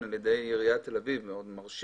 על ידי עיריית תל אביב מאוד מרשים,